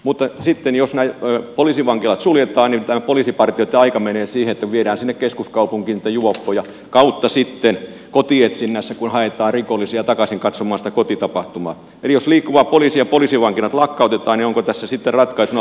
mutta sitten jos poliisivankilat suljetaan nimittäin poliisipartioitten aika menee siihen että viedään sinne keskuskaupunkiin niitä juoppoja tai sitten kotietsinnässä kun haetaan rikollisia takaisin katsomaan sitä kotitapahtumaa ja liikkuva poliisi lakkautetaan niin onko tässä sitten ratkaisuna liikkuva poliisivankila